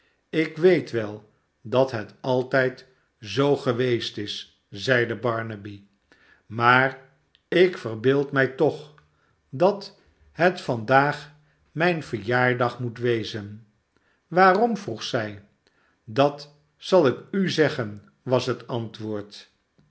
ik weet wel dat het altijd zoo geweest is zeide barnaby maar ik verbeeld mij toch dat het vandaag mijn verjaardag moet wezen waarom vroeg zij a dat zal ik u zeggen was het antwoord